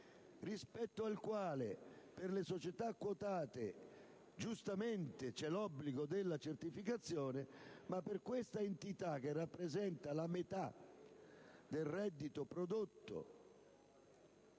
rispetto al quale, per le società quotate, giustamente, c'è l'obbligo della certificazione, mentre per questa entità, che rappresenta la metà del reddito prodotto